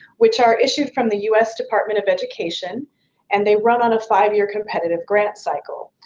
which are issued from the u s. department of education and they run on a five year competitive grant cycle.